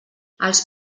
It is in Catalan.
els